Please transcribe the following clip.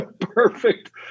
perfect